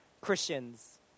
christians